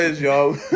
y'all